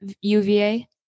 UVA